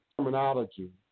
terminology